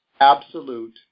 Absolute